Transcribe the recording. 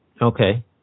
Okay